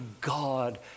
God